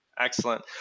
Excellent